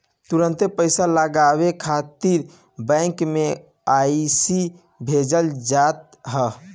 तुरंते पईसा लगावे खातिर बैंक में अइसे भेजल जात ह